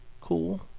Cool